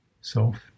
soft